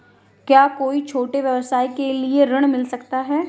क्या कोई छोटे व्यवसाय के लिए ऋण मिल सकता है?